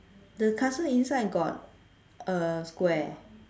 the castle inside got a square